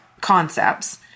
concepts